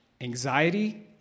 anxiety